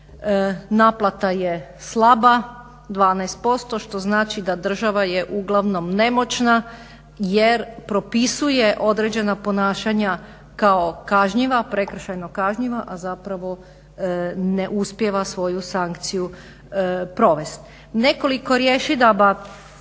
naplata je slaba 12% što znači da država je uglavnom nemoćna jer propisuje određena ponašanja kao kažnjiva, prekršajno kažnjiva a zapravo neuspjeva svoju sankciju provest. Nekoliko rješidaba